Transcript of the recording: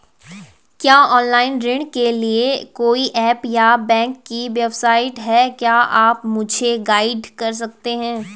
क्या ऑनलाइन ऋण के लिए कोई ऐप या बैंक की वेबसाइट है क्या आप मुझे गाइड कर सकते हैं?